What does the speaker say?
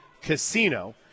casino